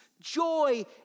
joy